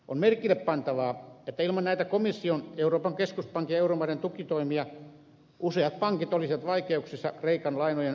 on merkillepantavaa että ilman näitä komission euroopan keskuspankin ja euromaiden tukitoimia useat pankit olisivat vaikeuksissa kreikan lainojen arvon romahdettua